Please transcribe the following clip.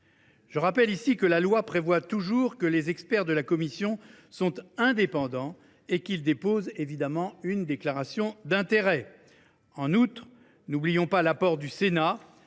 Je rappelle que la loi dispose toujours que les experts de la commission sont indépendants et qu’ils déposent une déclaration d’intérêt. En outre, n’oublions pas la présence